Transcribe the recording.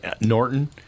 Norton